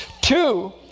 Two